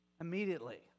immediately